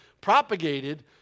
propagated